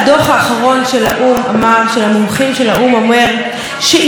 הוא שאם לא נשאף למקסימום שבמקסימום,